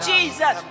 Jesus